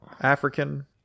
African